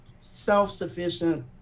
self-sufficient